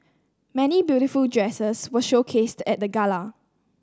many beautiful dresses were showcased at the gala